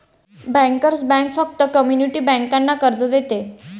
bankers bank फक्त community बँकांना कर्ज देते